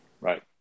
Right